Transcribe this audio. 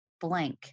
blank